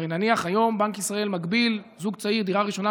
היום בנק ישראל מגביל זוג צעיר: דירה ראשונה,